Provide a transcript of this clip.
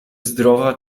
zdrowa